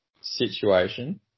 situation